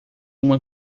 uma